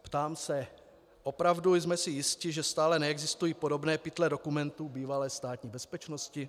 Ptám se: Opravdu jsme si jisti, že stále neexistují podobné pytle dokumentů bývalé Státní bezpečnosti?